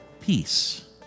peace